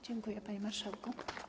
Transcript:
Dziękuję, panie marszałku.